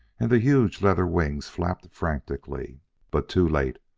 and the huge leather wings flapped frantically but too late.